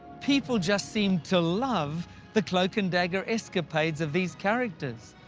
people just seem to love the cloak and dagger escapades of these characters,